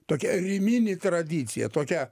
tokia rimini tradicija tokia